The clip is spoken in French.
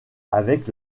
avec